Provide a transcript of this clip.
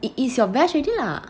it is your best already lah